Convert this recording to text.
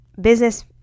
business